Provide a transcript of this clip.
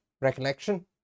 recollection